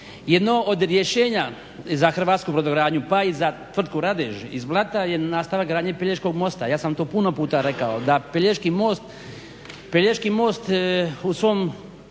Jedno od rješenja za hrvatsku brodogradnju pa i za Tvrtku Radež iz Blata je nastavak gradnje Pelješkog mosta. Ja sam to puno puta rekao da Pelješki most u svom